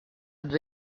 due